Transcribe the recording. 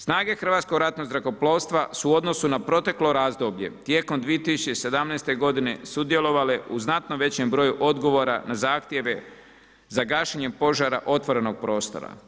Snage Hrvatskog ratnog zrakoplovstva su u odnosu na proteklo razdoblje tijekom 2017. godine sudjelovale u znatno većem broju odgovora na zahtjeve za gašenjem požara otvorenog prostora.